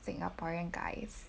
singaporean guys